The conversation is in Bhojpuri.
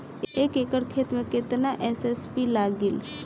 एक एकड़ खेत मे कितना एस.एस.पी लागिल?